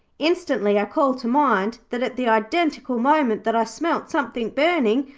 instantly i call to mind that at the identical moment that i smelt something burning,